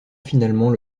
finalement